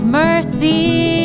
mercy